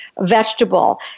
Vegetable